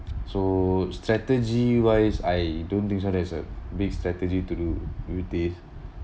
so strategy-wise I don't think so there's a big strategy to do with this